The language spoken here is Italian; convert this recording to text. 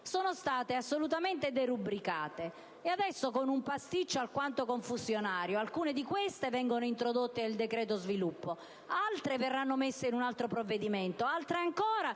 sono state assolutamente derubricate. Adesso, con un pasticcio alquanto confusionario, alcune di queste norme vengono introdotte nel decreto sviluppo, altre verranno messe in un altro provvedimento e altre ancora